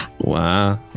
Wow